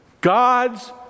God's